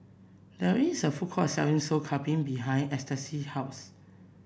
there is a food court selling Sop Kambing behind Eustace's house